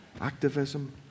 activism